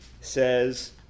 says